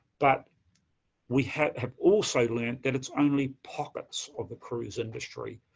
but we have have also learned that it's only pockets of the cruise industry,